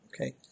Okay